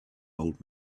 old